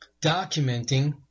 documenting